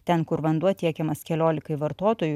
ten kur vanduo tiekiamas keliolikai vartotojų